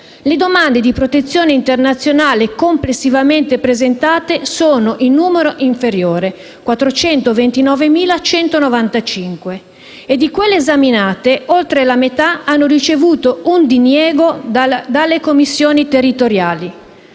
le domande di protezione internazionale complessivamente presentate sono in numero inferiore (429.195), e di quelle esaminate oltre la metà hanno ricevuto un diniego dalle Commissioni territoriali.